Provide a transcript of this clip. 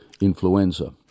influenza